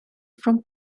from